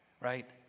right